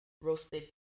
roasted